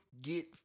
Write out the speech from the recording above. get